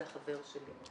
זה החבר שלי.